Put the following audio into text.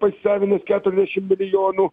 pasisavinęs keturiasdešim milijonų